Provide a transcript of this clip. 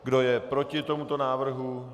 Kdo je proti tomuto návrhu?